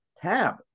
tab